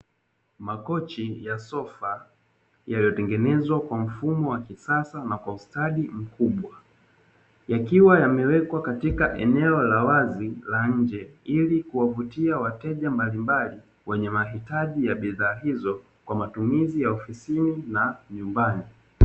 Makochi ya sofa yaliyotengenezwa kwa mfumo wa kisasa na kwa ustadi mkubwa yakiwa yamewekwa katika eneo la wazi la nje ili kuwavutia wateja mbalimbali wenye mahitaji ya bidhaa hizo kwa matumizi ya ofisini na nyumbani.